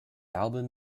album